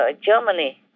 Germany